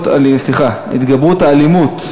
התגברות האלימות,